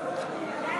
מס' 44),